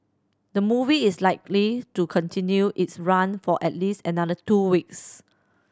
the movie is likely to continue its run for at least another two weeks